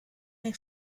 nel